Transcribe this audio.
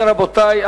רבותי.